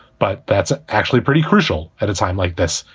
but that's actually pretty crucial at a time like this.